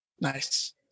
Nice